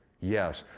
yes,